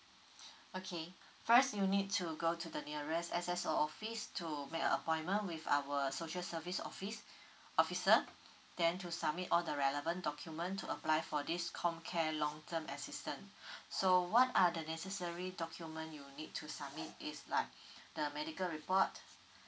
okay first you need to go to the nearest S_S_O office to make a appointment with our social service office officer then to submit all the relevant document to apply for this COMCARE long term assistant so what are the necessary document you need to submit is like the medical report